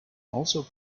also